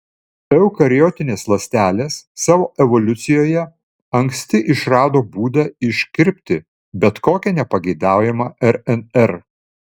eukariotinės ląstelės savo evoliucijoje anksti išrado būdą iškirpti bet kokią nepageidaujamą rnr